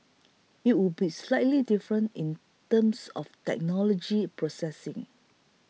it would be slightly different in terms of technology processing